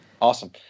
Awesome